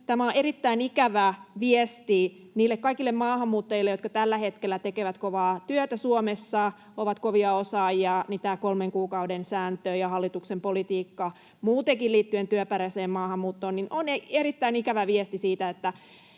tämä on erittäin ikävä viesti myös niille kaikille maahanmuuttajille, jotka tällä hetkellä tekevät kovaa työtä Suomessa, ovat kovia osaajia. Tämä kolmen kuukauden sääntö ja hallituksen politiikka muutenkin liittyen työperäiseen maahanmuuttoon ovat erittäin ikävä viesti siitä,